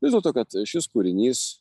vis dėlto kad šis kūrinys